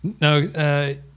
No